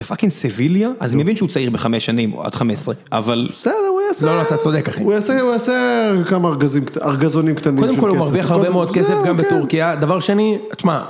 פאקינג סיביליה, אז אני מבין שהוא צעיר בחמש שנים או עד חמש עשרה, אבל הוא יעשה כמה ארגזונים קטנים, קודם כל הוא מרוויח הרבה מאוד כסף גם בטורקיה, דבר שני, תשמע.